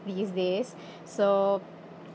these days so